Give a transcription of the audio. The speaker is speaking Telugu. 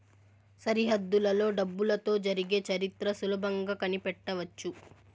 సరిహద్దులలో డబ్బులతో జరిగే చరిత్ర సులభంగా కనిపెట్టవచ్చు